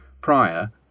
prior